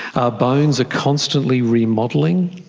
our bones are constantly remodelling.